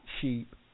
sheep